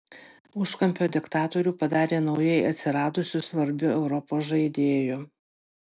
užkampio diktatorių padarė naujai atsiradusiu svarbiu europos žaidėju